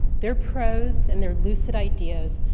their pro's and their lucid ideas,